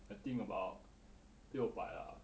I think about 六百 lah